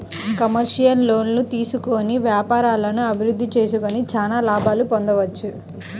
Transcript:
commercial లోన్లు తీసుకొని వ్యాపారాలను అభిరుద్ధి చేసుకొని చానా లాభాలను పొందొచ్చు